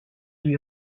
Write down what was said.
lui